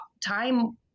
time